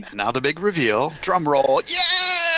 now the big reveal. drum roll. yeah